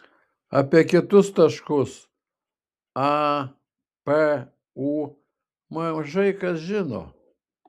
apie kitus taškus a p u mažai kas žino